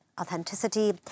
authenticity